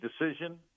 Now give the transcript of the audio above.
decision